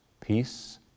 peace